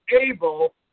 able